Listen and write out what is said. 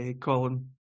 Colin